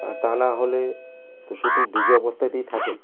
আর তা না হলে তো শুকনো ভিজে অবস্থাতেই থাকে